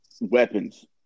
weapons